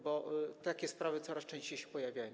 Bo takie sprawy coraz częściej się pojawiają.